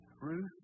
Ruth